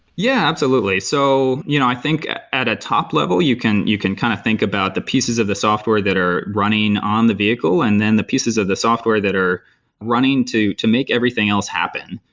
yeah, absolutely. so you know i think at a top level you can you can kind of think about the pieces of the software that are running on the vehicle and then the pieces of the software that are running to to make everything else happen.